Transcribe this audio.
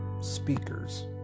speakers